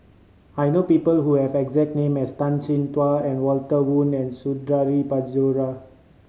I know people who have the exact name as Tan Chin Tuan and Walter Woon and Suradi Parjo